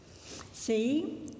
See